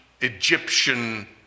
Egyptian